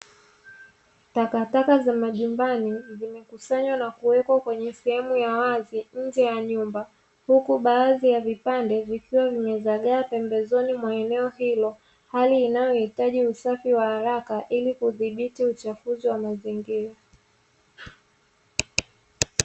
Takataka za majumbani zimekusanywa na kuwekwa kwenye sehemu ya wazi nje ya nyumba, huku baadhi ya vipande vikiwa vimezagaa pembezoni mwa eneo hilo, hali inayohitaji usafi wa haraka ili kudhibiti uchafuzi wa mazingira.